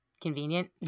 convenient